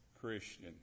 Christian